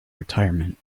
retirement